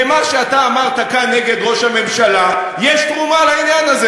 למה שאתה אמרת כאן נגד ראש הממשלה יש תרומה לעניין הזה.